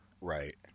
right